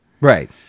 Right